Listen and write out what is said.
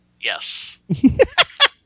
Yes